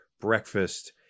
breakfast